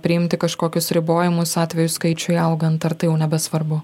priimti kažkokius ribojimus atvejų skaičiui augant ar tai jau nebesvarbu